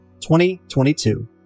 2022